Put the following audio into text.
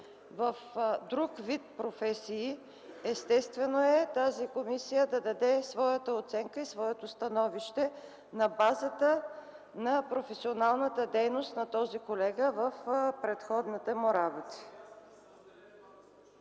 в друг вид професии, естествено е тази комисия да даде своята оценка и своето становище на базата на професионалната дейност на този колега в предходните му